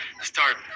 start